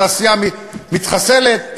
התעשייה מתחסלת,